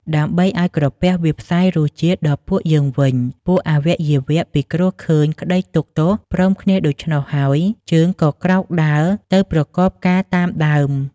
ដើម្បីឱ្យក្រពះវាផ្សាយ រសជាតិដល់ពួកយើងវិញ ពួកអវយវៈពិគ្រោះឃើញក្តីទុក្ខទោសព្រមគ្នាដូច្នោះ ហើយ ជើងក៏ក្រោកដើរទៅប្រកបការតាមដើម។